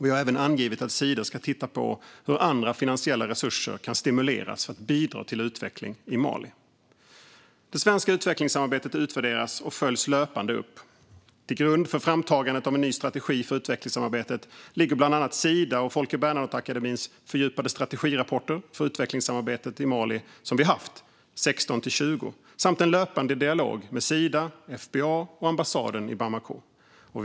Vi har även angivit att Sida ska titta på hur andra finansiella resurser kan stimuleras att bidra till utveckling i Mali. Det svenska utvecklingssamarbetet utvärderas och följs löpande upp. Till grund för framtagandet av den nya strategin för utvecklingssamarbete ligger bland annat Sidas och Folke Bernadotteakademins fördjupade strategirapporter för utvecklingssamarbetet med Mali 2016-2020 samt en löpande dialog med Sida, FBA och ambassaden i Bamako.